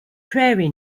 prairie